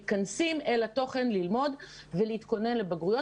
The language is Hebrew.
הזמן שבו מתכנסים ללמוד את התוכן ולהתכונן לבגרויות.